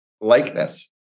likeness